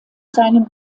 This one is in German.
seinem